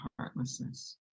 heartlessness